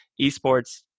esports